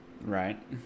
right